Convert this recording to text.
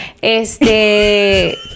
Este